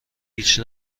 هیچ